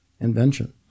invention